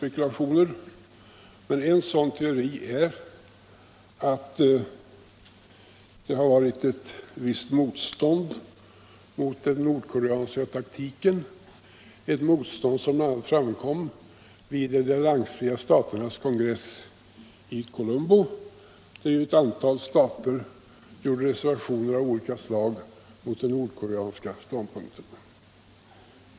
En teori är att det har varit ett visst motstånd mot den nordkorcanska taktiken, ett motstånd som framkom vid de alliansfria staternas kongress i Colombo, där ett antal stater gjorde reservationer av olika slag mot den nordkoreanska ståndpunkten.